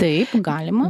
taip galima